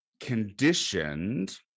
conditioned